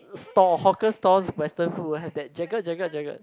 stall hawker stall western food have that jagged jagged jagged